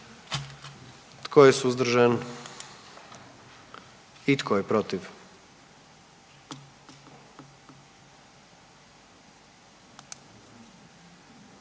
Tko je suzdržan? I tko je protiv?